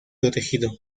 protegido